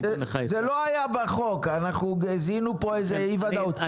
זה לא היה בחוק, אנחנו זיהינו פה איזה אי ודאות.